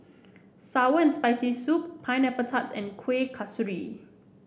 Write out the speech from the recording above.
Sour and Spicy Soup Pineapple Tart and Kuih Kasturi